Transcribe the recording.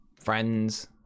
friends